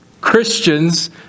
Christians